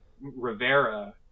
Rivera